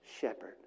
shepherd